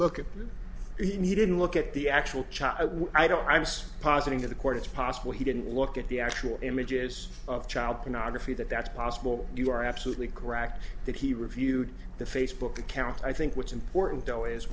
look at he didn't look at the actual child i don't i was positing that the court it's possible he didn't look at the actual images of child pornography that that's possible you are absolutely correct that he reviewed the facebook account i think what's important though